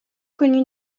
connu